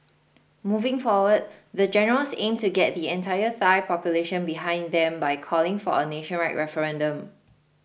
moving forward the generals aim to get the entire Thai population behind them by calling for a nationwide referendum